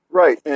right